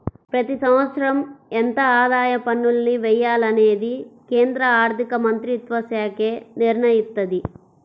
ప్రతి సంవత్సరం ఎంత ఆదాయ పన్నుల్ని వెయ్యాలనేది కేంద్ర ఆర్ధికమంత్రిత్వశాఖే నిర్ణయిత్తది